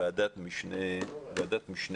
ועדת משנה לחירום,